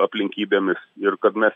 aplinkybėmis ir kad mes